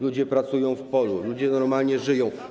Ludzie pracują w polu, ludzie normalnie żyją.